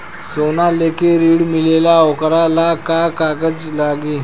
सोना लेके ऋण मिलेला वोकरा ला का कागज लागी?